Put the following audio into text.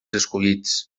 escollits